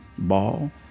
ball